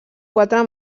quatre